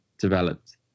developed